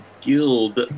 guild